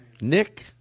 Nick